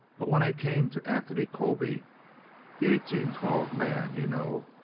but when i came to anthony colby the eighteen-twelve man, you know,